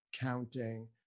counting